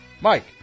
Mike